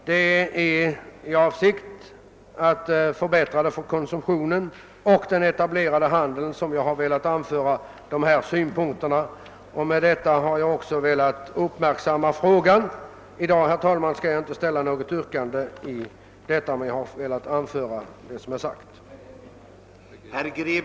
Det är i avsikt att förbättra förhållandena för konsumenterna och den etablerade handeln som jag har velat anföra dessa synpunkter. Med detta har jag också velat rikta uppmärksamheten på frågan. I dag skall jag, herr talman, inte ställa något yrkande utan jag har endast velat anföra dessa synpunkter.